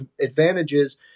advantages